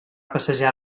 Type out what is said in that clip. passejar